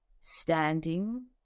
standing